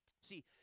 see